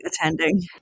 attending